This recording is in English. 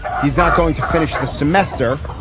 he's not going to finish the semester,